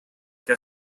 que